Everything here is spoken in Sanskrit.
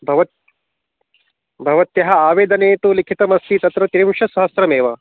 भवत्याः भवत्याः आवेदने तु लखितमस्ति तत्र त्रिंशत् सहस्रमेव